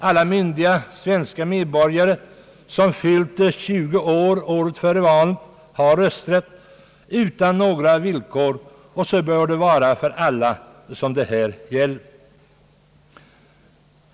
Alla myndiga svenska medborgare, som har fyllt 20 år året före valet, har rösträtt utan några villkor. Så bör det också vara för de personer som det här gäller.